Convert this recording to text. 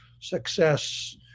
success